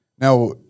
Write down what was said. Now